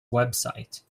website